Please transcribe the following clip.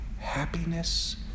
happiness